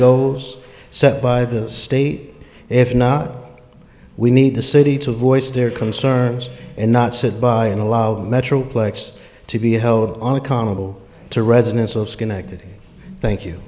goes set by the state if not we need the city to voice their concerns and not sit by and allow the metroplex to be held accountable to residents of schenectady thank you